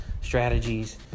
strategies